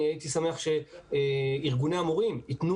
אני הייתי שמח שארגוני המורים ייתנו